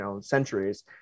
centuries